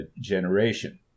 generation